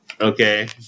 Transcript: Okay